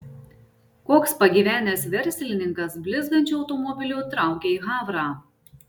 koks pagyvenęs verslininkas blizgančiu automobiliu traukia į havrą